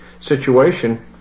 situation